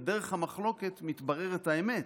ודרך המחלוקת מתבררת האמת.